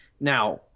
Now